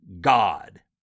God